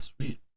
Sweet